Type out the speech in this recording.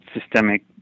systemic